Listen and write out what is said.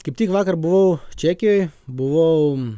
kaip tik vakar buvau čekijoj buvau